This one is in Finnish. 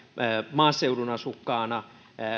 maaseudun asukkaana